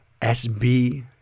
SB